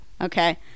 Okay